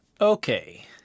Okay